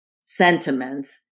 sentiments